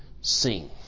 sing